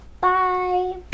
bye